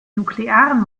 nuklearen